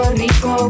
rico